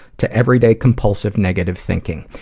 to everyday compulsive negative thinking.